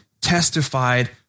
testified